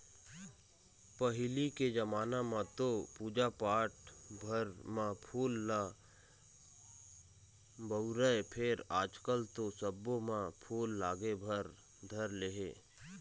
पहिली के जमाना म तो पूजा पाठ भर म फूल ल बउरय फेर आजकल तो सब्बो म फूल लागे भर धर ले हे